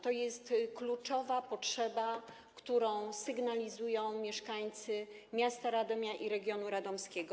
To jest kluczowa potrzeba, którą sygnalizują mieszkańcy miasta Radomia i regionu radomskiego.